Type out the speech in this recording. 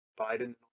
Biden